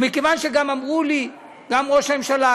ומכיוון שאמרו לי גם ראש הממשלה,